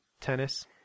Tennis